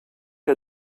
que